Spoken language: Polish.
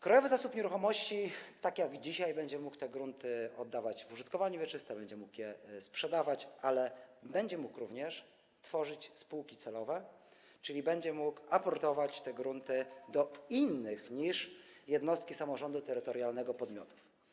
Krajowy Zasób Nieruchomości tak jak dzisiaj będzie mógł te grunty oddawać w użytkowanie wieczyste, będzie mógł je sprzedawać, ale będzie mógł również tworzyć spółki celowe, czyli będzie mógł aportować te grunty do innych niż jednostki samorządu terytorialnego podmiotów.